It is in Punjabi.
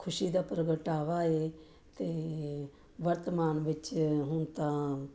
ਖੁਸ਼ੀ ਦਾ ਪ੍ਰਗਟਾਵਾ ਹੈ ਅਤੇ ਵਰਤਮਾਨ ਵਿੱਚ ਹੁਣ ਤਾਂ